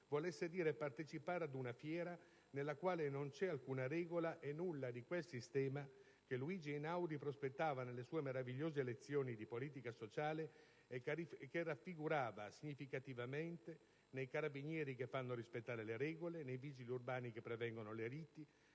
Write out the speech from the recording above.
volesse dire partecipare ad una fiera nella quale non c'è alcuna regola e nulla di quel sistema che Luigi Einaudi prospettava nelle sue meravigliose lezioni di politica sociale e che raffigurava significativamente nei carabinieri che fanno rispettare le regole, nei vigili urbani che prevengono le liti,